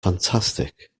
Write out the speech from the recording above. fantastic